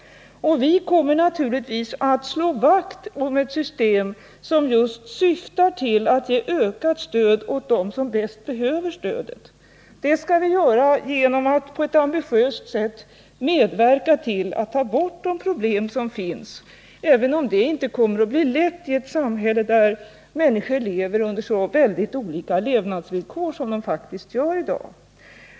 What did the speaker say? Vi kommer naturligtvis att slå vakt om ett system som just syftar till att ge ökat stöd åt dem som bäst behöver stödet. Det skall vi göra genom att på ett ambitiöst sätt medverka till att ta bort de problem som finns, även om det inte blir lätt i ett samhälle där människor lever under så olika villkor som de faktiskt gör i dag.